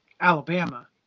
Alabama